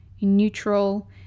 neutral